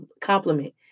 compliment